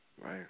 Right